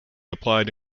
applied